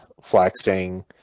flexing